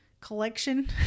collection